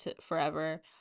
forever